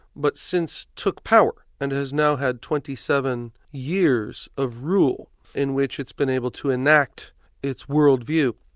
but since took power, and has now had twenty seven years of rule in which it's been able to enact its world view.